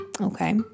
okay